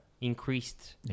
increased